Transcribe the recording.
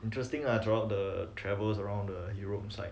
interesting lah throughout the travels around the europe side